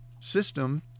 system